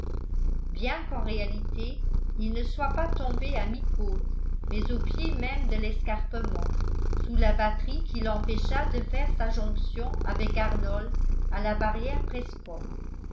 bien qu'en réalité il ne soit pas tombé à mi-côte mais au pied même de l'escarpement sous la batterie qui l'empêcha de faire sa jonction avec arnold à la barrière prescott